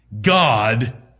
God